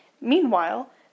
Meanwhile